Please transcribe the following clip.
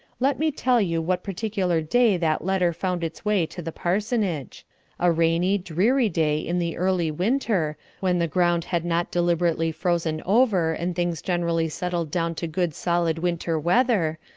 let me tell you what particular day that letter found its way to the parsonage a rainy, dreary day in the early winter, when the ground had not deliberately frozen over, and things generally settled down to good solid winter weather,